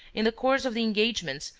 in the course of the engagements,